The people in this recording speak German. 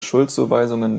schuldzuweisungen